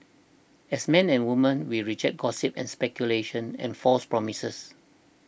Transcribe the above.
as men and women we reject gossip and speculation and false promises